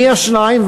מי השניים,